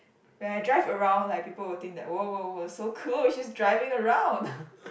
when I drive around like people will think that whoa whoa whoa so cool she's driving around